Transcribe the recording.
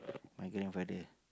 my grandfather